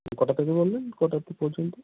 কটা থেকে বললেন কটা কী পর্যন্ত